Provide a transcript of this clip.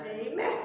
Amen